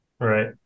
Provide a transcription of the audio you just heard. Right